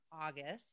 August